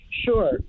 Sure